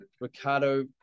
Ricardo